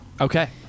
Okay